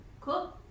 Cool